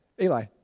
Eli